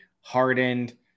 hardened